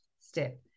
step